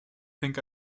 think